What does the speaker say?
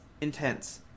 intense